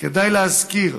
כדאי להזכיר